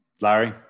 Larry